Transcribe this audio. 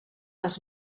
les